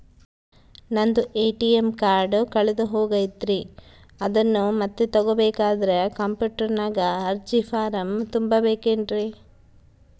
ನಂದು ATM card ಕಳೆದು ಹೋಗೈತ್ರಿ ಅದನ್ನು ಮತ್ತೆ ತಗೋಬೇಕಾದರೆ ಕಂಪ್ಯೂಟರ್ ನಾಗ ಅರ್ಜಿ ಫಾರಂ ತುಂಬಬೇಕನ್ರಿ?